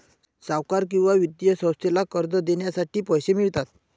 सावकार किंवा वित्तीय संस्थेला कर्ज देण्यासाठी पैसे मिळतात